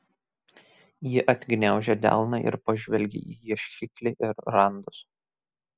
ji atgniaužė delną ir pažvelgė į ieškiklį ir randus